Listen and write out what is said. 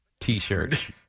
t-shirt